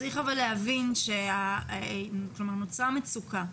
אבל צריך להבין שנוצרה מצוקה.